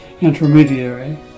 intermediary